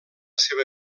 seva